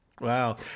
Wow